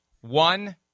One